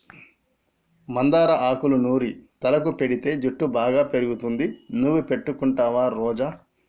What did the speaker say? మందార ఆకులూ నూరి తలకు పెటితే జుట్టు బాగా పెరుగుతుంది నువ్వు పెట్టుకుంటావా రోజా